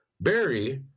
Barry